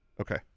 Okay